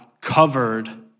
covered